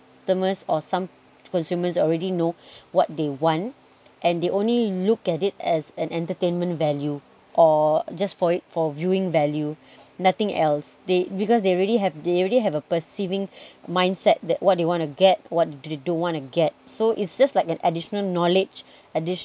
or some consumers already know what they want and they only look at it as an entertainment value or just for it for viewing value nothing else they because they already have a a perceiving mindset that what they want to get what they don't want to get so it's just like an additional knowledge addition